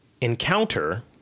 encounter